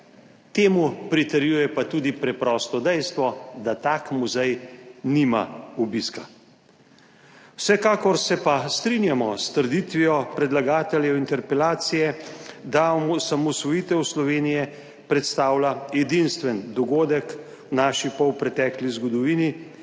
temu pritrjuje pa tudi preprosto dejstvo, da tak muzej nima obiska. Vsekakor se pa strinjamo s trditvijo predlagateljev interpelacije, da osamosvojitev Slovenije predstavlja edinstven dogodek v naši polpretekli zgodovini.